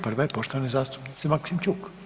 Prva je poštovane zastupnice Maksimčuk.